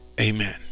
amen